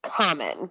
common